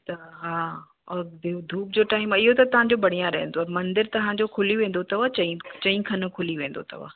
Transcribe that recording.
त हा और ॿियो धूप जो टाइम आहे इहो त तव्हांजो बढ़िया रहंदो मंदिर तव्हांजो खुली वेंदो अथव चईं चईं खनि खुली वेंदो अथव